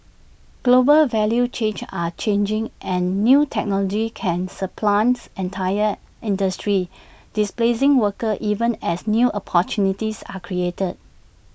global value chains are changing and new technologies can supplants entire industries displacing workers even as new opportunities are created